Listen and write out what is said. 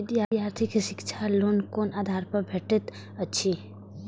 विधार्थी के शिक्षा लोन कोन आधार पर भेटेत अछि?